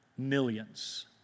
Millions